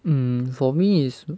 hmm for me is